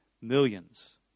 millions